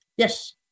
Yes